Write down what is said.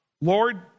Lord